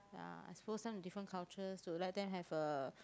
ya expose them to different cultures to let them have a